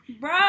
Bro